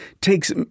takes